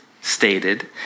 stated